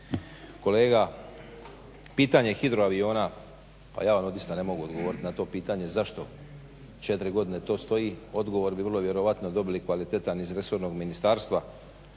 kolega, pitanje hidroaviona pa ja vam odista ne mogu odgovoriti na to pitanje zašto četiri godine to stoji, odgovor bi vrlo vjerojatno dobili kvalitetan iz resornog ministarstva,